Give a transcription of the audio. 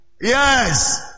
Yes